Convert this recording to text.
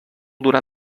durar